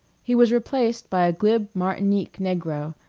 he was replaced by a glib martinique negro,